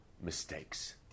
mistakes